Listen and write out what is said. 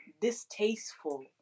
distasteful